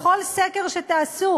בכל סקר שתעשו,